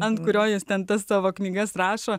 ant kurio jis ten tas tavo knygas rašo